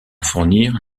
fournir